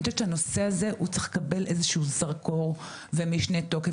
אני חושבת שהנושא הזה צריך לקבל זרקור ומשנה תוקף.